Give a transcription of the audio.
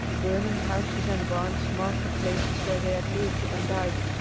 burning houses and barns marked the places where they had lived and died.